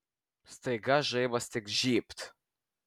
staiga žaibas tik žybt